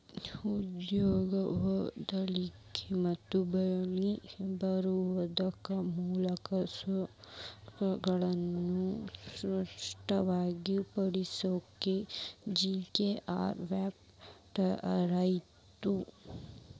ಉದ್ಯೋಗ ಒದಗಸ್ಲಿಕ್ಕೆ ಮತ್ತ ಬಾಳ್ಕಿ ಬರುವಂತ ಮೂಲ ಸೌಕರ್ಯಗಳನ್ನ ಸೃಷ್ಟಿ ಮಾಡಲಿಕ್ಕೆ ಜಿ.ಕೆ.ಆರ್.ವಾಯ್ ಸ್ಥಾಪನೆ ಆತು